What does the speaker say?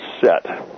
Set